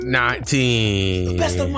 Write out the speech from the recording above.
nineteen